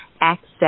access